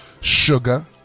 Sugar